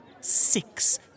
six